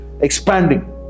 expanding